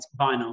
vinyl